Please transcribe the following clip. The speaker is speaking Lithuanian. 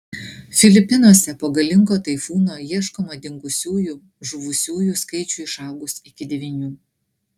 filipinuose po galingo taifūno ieškoma dingusiųjų žuvusiųjų skaičiui išaugus iki devynių